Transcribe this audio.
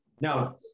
Now